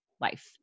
life